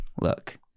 Look